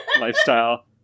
lifestyle